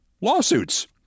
lawsuits